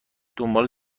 دنبال